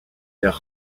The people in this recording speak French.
leur